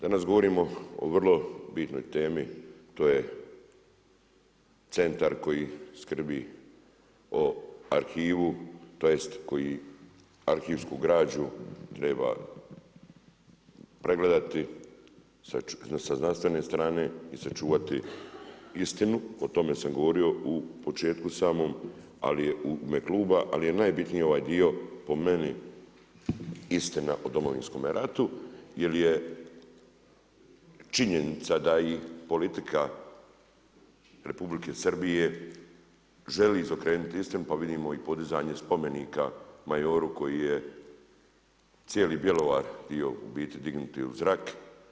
Danas govorimo o vrlo bitnoj temi, to je centar koji skrbi o arhivu, tj. koji arhivsku građu treba pregledati sa znanstvene strane i sačuvati istinu, o tome sam govorio u početku samom, ali i u ime kluba, ali je najbitniji ovaj dio, po meni, istina o Domovinskome ratu, jer je činjenica da i politika RH, želi izokrenuti istinu, pa vidimo i podizanje spomenika Majoru koji je cijeli Bjelovar htio u biti dignuti u zrak.